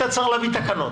צודק.